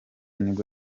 nibwo